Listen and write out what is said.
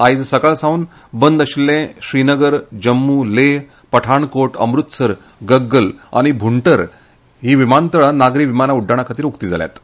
आयज सकाळसावन बंद आशिल्ले श्रीनगर जम्मू लेह पठाणकोट अमृतसर गग्गल आनी भंटूर विमानतळ नागरी विमान उड्डाणा खातीर उकते जाल्यात